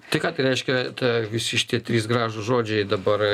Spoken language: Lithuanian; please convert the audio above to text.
tai ką tai reiškia ta visi šitie trys gražūs žodžiai dabar